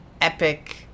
epic